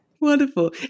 Wonderful